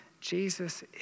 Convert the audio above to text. Jesus